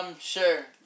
Sure